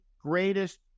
greatest